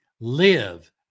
live